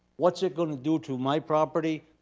what's it going to do to my property,